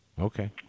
Okay